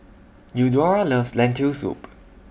Eudora loves Lentil Soup